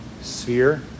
sphere